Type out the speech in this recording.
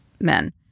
men